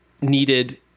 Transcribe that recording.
needed